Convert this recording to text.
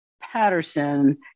Patterson